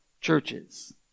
churches